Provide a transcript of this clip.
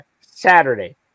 Saturday